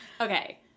Okay